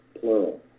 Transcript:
plural